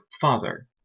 father